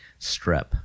strep